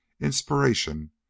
inspiration